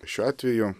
šiuo atveju